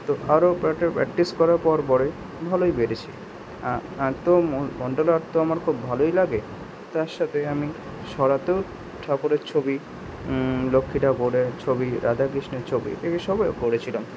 তো আরো কয়েকটা প্র্যাক্টিস করার পর পরে ভালোই পেরেছি আর তো মন্ডলা আর্ট তো আমার খুব ভালোই লাগে তার সাথে আমি সরাতেও ঠাকুরের ছবি লক্ষ্মী ঠাকুরের ছবি রাধাকৃষ্ণের ছবি এইসবও এ করেছিলাম